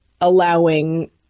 allowing